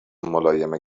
ملایم